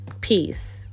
Peace